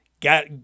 got